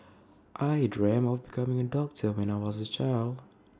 I dreamt of becoming A doctor when I was A child